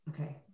okay